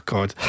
God